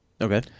Okay